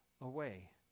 away